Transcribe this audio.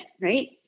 right